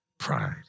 pride